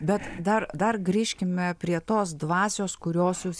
bet dar dar grįžkime prie tos dvasios kurios jūs